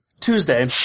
Tuesday